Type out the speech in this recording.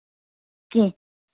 کیٚنہہ